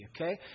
Okay